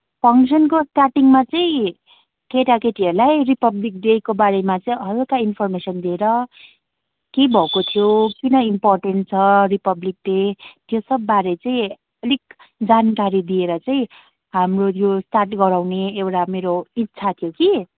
फङ्सनको स्टार्टिङमा चाहिँ केटाकेटीहरूलाई रिपब्लिक डेको बारेमा चाहिँ हल्का इन्फर्मेसन दिएर के भएको थियो किन इम्पोर्टेन्ट छ रिपब्लिक डे त्यो सब बारे चाहिँ अलिक जानकारी दिएर चाहिँ हाम्रो यो स्टार्ट गराउने एउटा मेरो इच्छा थियो कि